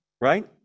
right